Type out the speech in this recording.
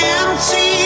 empty